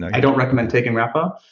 i don't recommend taking rapa,